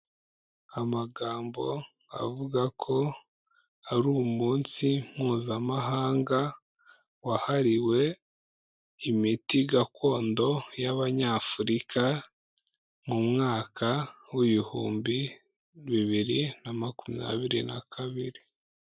Amagambo avuga ko ari umunsi Mpuzamahanga wahariwe imiti gakondo y'Abanyafurika, mu mwaka w'ibihumbi bibiri na makumyabiri na kabiri.